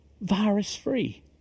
virus-free